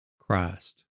Christ